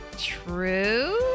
true